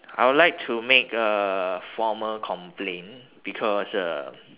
I would like to make a formal complaint because uh